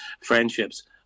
friendships